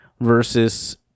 versus